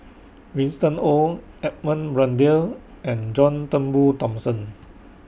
Winston Oh Edmund Blundell and John Turnbull Thomson